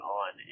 on